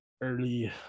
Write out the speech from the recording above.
early